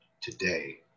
today